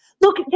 look